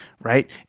right